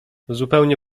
zupełnie